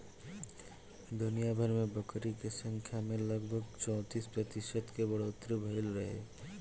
दुनियाभर में बकरी के संख्या में लगभग चौंतीस प्रतिशत के बढ़ोतरी भईल रहे